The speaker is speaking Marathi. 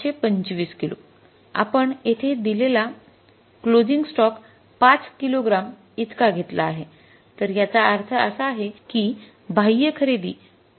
७२५ किलो आपण येथे दिलेला क्लोजिंग स्टॉक 5 किलोग्राम इतका घेतला आहे तर याचा अर्थ असा आहे की बाह्य खरेदी ४